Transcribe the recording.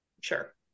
Sure